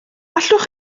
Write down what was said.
allwch